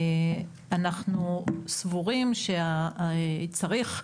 אנחנו סבורים שצריך,